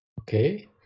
Okay